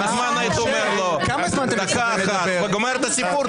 כבר מזמן היית אומר לו, דקה אחת, וגומר את הסיפור.